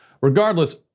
Regardless